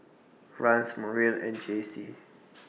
Rance Muriel and Jacey